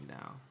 now